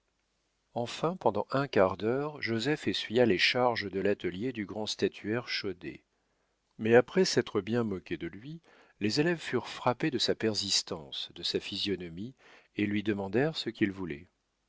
enfin pendant un quart d'heure joseph essuya les charges de l'atelier du grand statuaire chaudet mais après s'être bien moqué de lui les élèves furent frappés de sa persistance de sa physionomie et lui demandèrent ce qu'il voulait